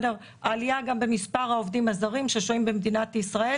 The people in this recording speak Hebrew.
העלייה גם במספר העובדים הזרים ששוהים במדינת ישראל